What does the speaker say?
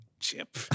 Chip